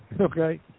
okay